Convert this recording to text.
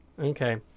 okay